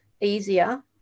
easier